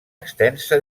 extensa